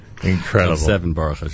Incredible